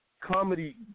comedy